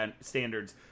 standards